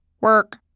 work